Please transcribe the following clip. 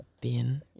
bin